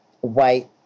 white